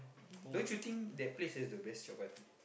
don't you think that place has the best chapati